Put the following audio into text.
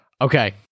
Okay